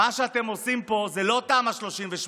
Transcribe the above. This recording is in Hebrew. מה שאתם עושים פה זה לא תמ"א 38,